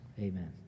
amen